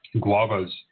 guavas